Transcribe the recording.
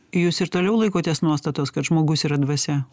jūs ir toliau laikotės nuostatos kad žmogus yra dvasia